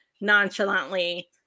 nonchalantly